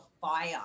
fire